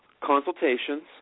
consultations